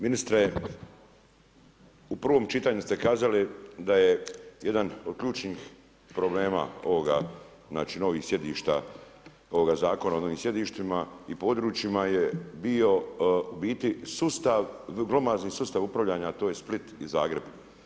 Ministre, u prvom čitanju ste kazali da je jedan od ključnih problema ovoga, novih sjedišta ovoga Zakona o novim sjedištima i područjima je bio u biti sustav, glomazni sustav upravljanja, to je Split i Zagreb.